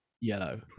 yellow